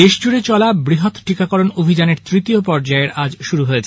দেশ জুড়ে চলা বৃহৎ টীকাকরণ অভিযানের তৃতীয় পর্যায়ের আজ শুরু হয়েছে